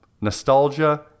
Nostalgia